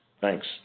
Thanks